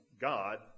God